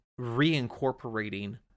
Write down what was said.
reincorporating